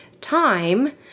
time